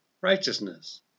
Righteousness